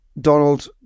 Donald